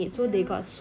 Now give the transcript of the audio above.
ya